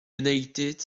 united